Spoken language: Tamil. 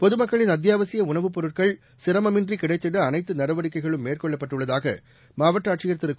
பொதுமக்களின் அத்தியாவசிய உணவுப் பொருட்கள் சிரமமின்றி கிடைத்திட அனைத்து நடவடிக்கைகளும் மேற்கொள்ளப்பட்டுள்ளதாக மாவட்ட ஆட்சியர் திரு கொ